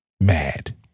mad